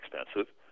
expensive